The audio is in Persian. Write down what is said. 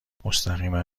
مستقیما